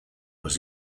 was